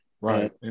right